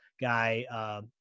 guy